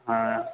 ہاں